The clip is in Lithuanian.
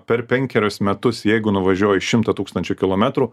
per penkerius metus jeigu nuvažiuoji šimtą tūkstančių kilometrų